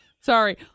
Sorry